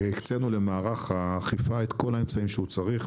הקצינו למערך האכיפה את כל האמצעים שהוא צריך,